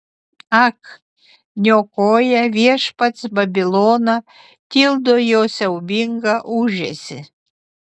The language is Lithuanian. ak niokoja viešpats babiloną tildo jo siaubingą ūžesį